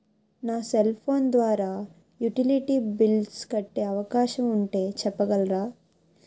నా cell phone ద్వారా utility bills కట్టే అవకాశం ఉంటే చెప్పగలరా?